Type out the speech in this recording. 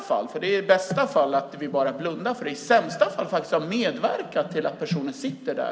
I bästa fall bara blundar vi - i sämsta fall har vi faktiskt medverkat till att personen sitter där.